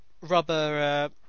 rubber